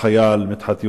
החייל מדחת יוסף.